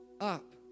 up